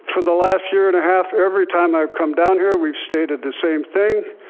for the last year and a half every time i've come down here, we've stated the same thing.